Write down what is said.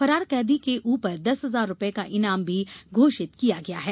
फरार कैदी के ऊपर दस हजार रूपये का ईनाम भी घोषित किया गया है